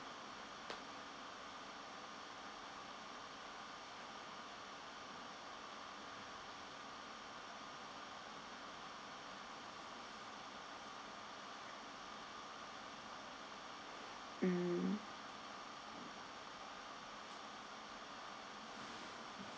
mm